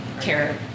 care